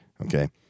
okay